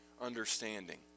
understanding